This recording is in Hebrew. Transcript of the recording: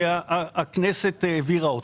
שהכנסת העבירה.